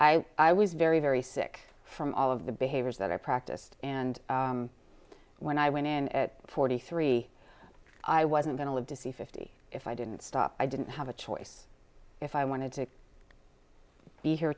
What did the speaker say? was very very sick from all of the behaviors that i practiced and when i went in at forty three i wasn't going to live to see fifty if i didn't stop i didn't have a choice if i wanted to be here